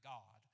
God